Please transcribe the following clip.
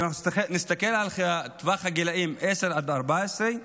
אם אנחנו נסתכל על טווח הגילים עשר עד 14,